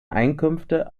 einkünfte